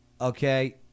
okay